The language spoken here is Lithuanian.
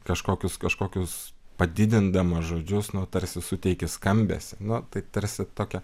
kažkokius kažkokius padidindamas žodžius nu tarsi suteiki skambesį nu tai tarsi tokia